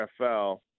NFL